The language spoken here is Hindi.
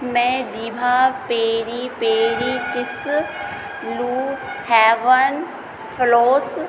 मैं बीभा peri peri chips blue heaven flows